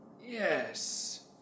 Yes